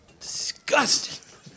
Disgusting